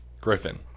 Griffin